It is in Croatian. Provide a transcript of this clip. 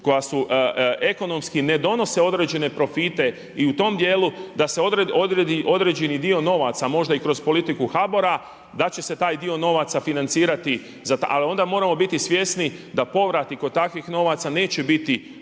koja su ekonomski ne donose određene profite i u tom djelu da se odredi određeni dio novaca možda i kroz politiku HBOR-a da će se taj dio novaca financirati za to, ali onda moramo biti svjesni da povrati kod takvih novaca neće biti